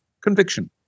conviction